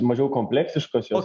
mažiau kompleksiškos jos